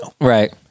right